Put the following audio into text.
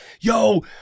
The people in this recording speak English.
Yo